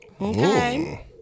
Okay